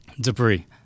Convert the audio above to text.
Debris